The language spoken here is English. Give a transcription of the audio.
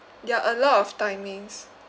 there are a lot of timings